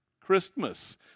Christmas